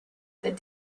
that